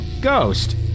Ghost